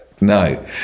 No